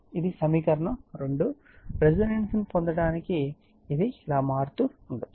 ఇది సమీకరణం 2 రెసోనెన్స్ ని పొందడానికి ఇది మారుతూ ఉండవచ్చు